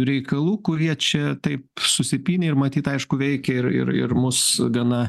reikalų kurie čia taip susipynė ir matyt aišku veikia ir ir ir mus gana